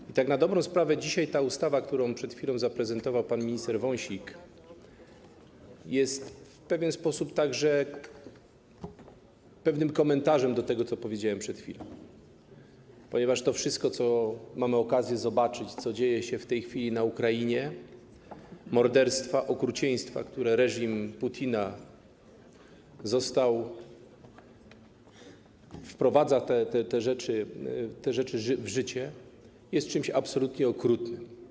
I tak na dobrą sprawę ta ustawa, którą przed chwilą zaprezentował pan minister Wąsik, jest w pewien sposób także pewnym komentarzem do tego, co powiedziałem przed chwilą, ponieważ to wszystko, co mamy okazję zobaczyć, co dzieje się w tej chwili na Ukrainie - morderstwa, okrucieństwa, które reżim Putina wprowadza w życie - jest czym absolutnie okrutnym.